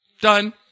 Done